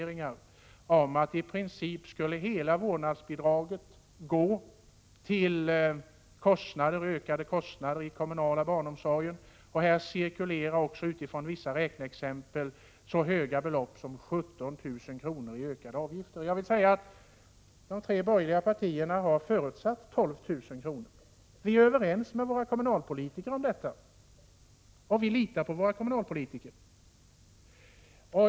Det talas om att hela vårdnadsbidraget i princip skulle gå till ökade kostnader för den kommunala barnomsorgen. Det cirkulerar också vissa räkneexempel med vilka det påstås att det skulle kunna bli fråga om ett så högt belopp som 17 000 kr. i ökade avgifter. Men de tre borgerliga partierna har förutsatt 12 000 kr. Vi är överens med våra kommunalpolitiker om detta. Vi litar på våra kommunalpolitiker.